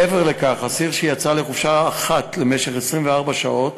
מעבר לכך, אסיר שיצא לחופשה אחת למשך 24 שעות,